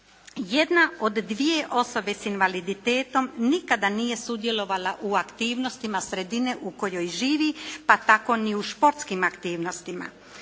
Jedna od dvije osobe s invaliditetom nikada nije sudjelovala u aktivnostima sredine u kojoj živi pa tako ni u športskim aktivnostima.